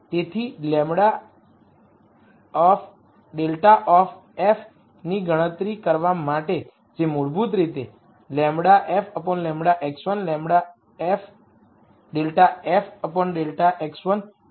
તેથી ∇ of f ની ગણતરી કરવા માટે જે મૂળભૂત રીતે ∂f ∂x1 ∂f ∂x2 છે